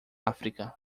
áfrica